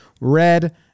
Red